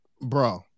bro